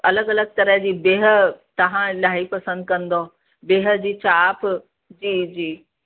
अलॻि अलॻि तरह जी बिह तव्हां इलाही पसंदि कंदव बिह जी चाप जी जी